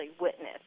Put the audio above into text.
witness